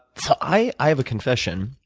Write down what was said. so i i have a confession,